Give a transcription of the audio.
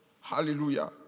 Hallelujah